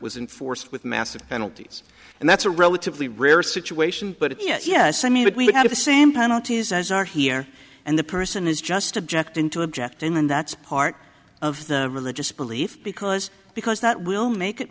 was in force with massive penalties and that's a relatively rare situation but it is yes i mean we have the same time it is as are here and the person is just object into object in and that's part of the religious belief because because that will make it